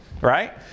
Right